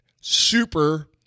super